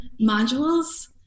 modules